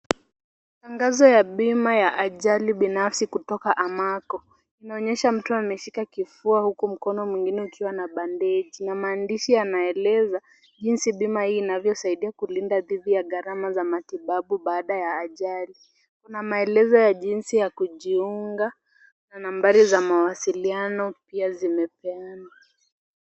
Tangazo ya bima ya ajali binafsi kutoka amaako. Inaonyesha mtu ameshika kifua huku mkono mwingine ukiwa na bandagi. Na maandishi yanaeleza jinsi bima hii inavyosaidia kulinda dhidi ya gharama za matibabu baada ya ajali. Kuna maelezo ya jinsi ya kujiunga na nambari za mawasiliano pia zimepeanwa.